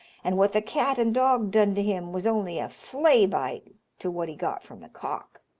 and what the cat and dog done to him was only a flay-bite to what he got from the cock.